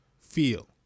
feel